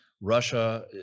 Russia